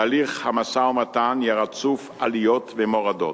תהליך המשא-ומתן יהיה רצוף עליות ומורדות.